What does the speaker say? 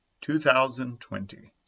2020